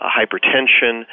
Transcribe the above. hypertension